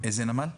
איזה נמל?